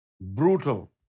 brutal